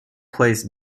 plays